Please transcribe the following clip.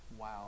Wow